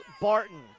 Barton